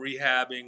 rehabbing